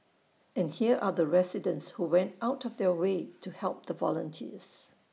and here are the residents who went out of their way to help the volunteers